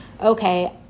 okay